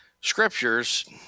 scriptures